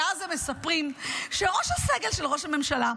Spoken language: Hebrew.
ואז הם מספרים שראש הסגל של ראש הממשלה,